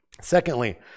Secondly